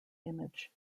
image